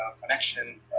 connection